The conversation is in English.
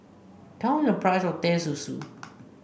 tell me the price of Teh Susu